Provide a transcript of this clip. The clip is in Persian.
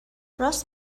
راست